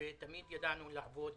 ותמיד ידענו לעבוד